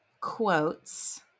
Quotes